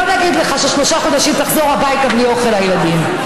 לא נגיד לך ששלושה חודשים תחזור הביתה בלי אוכל לילדים,